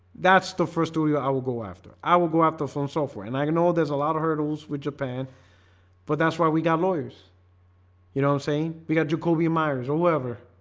that's the first to do i will go after i will go after some software and i know there's a lot of hurdles with japan but that's why we got lawyers you know i'm saying we got jacoby myers or whatever.